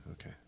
Okay